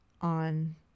on